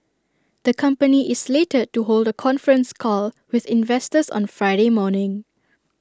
the company is slated to hold A conference call with investors on Friday morning